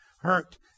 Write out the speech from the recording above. hurt